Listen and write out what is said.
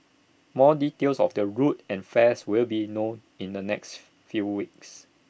more details of the route and fares will be known in the next few weeks